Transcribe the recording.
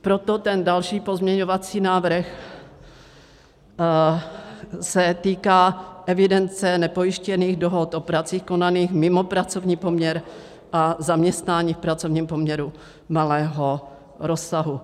Proto další pozměňovací návrh se týká evidence nepojištěných dohod o pracích konaných mimo pracovní poměr a zaměstnání v pracovním poměru malého rozsahu.